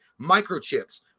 Microchips